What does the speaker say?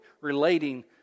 relating